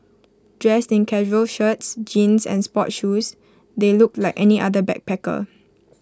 dressed in casual shirts jeans and sports shoes they looked like any other backpacker